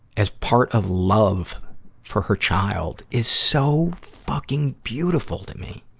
as part of love for her child, is so fucking beautiful to me.